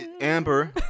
Amber